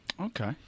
Okay